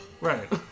Right